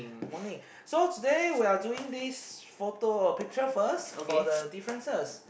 morning so today we're doing this photo or picture first for the differences